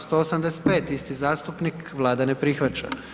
185. isti zastupnik, Vlada ne prihvaća.